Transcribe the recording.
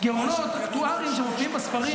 יש גירעונות אקטואריים שמופיעים בספרים,